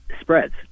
spreads